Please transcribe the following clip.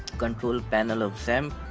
control panel of xampp.